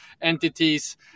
entities